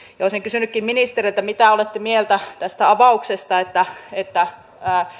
olisin kysynytkin ministeriltä mitä olette mieltä tästä avauksesta että että